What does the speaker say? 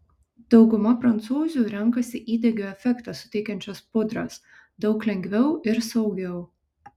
dauguma prancūzių renkasi įdegio efektą suteikiančias pudras daug lengviau ir saugiau